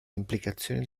implicazioni